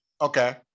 Okay